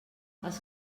els